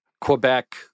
quebec